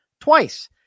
twice